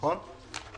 נכון?